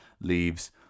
leaves